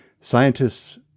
scientists